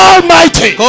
Almighty